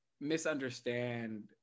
misunderstand